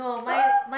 oh